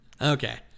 Okay